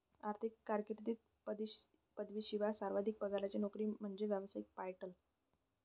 आर्थिक कारकीर्दीत पदवीशिवाय सर्वाधिक पगाराची नोकरी म्हणजे व्यावसायिक पायलट